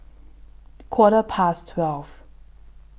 Quarter Past twelve